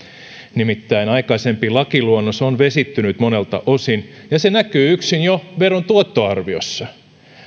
nimittäin aikaisempi lakiluonnos on vesittynyt monelta osin ja se näkyy yksin jo veron tuottoarviossa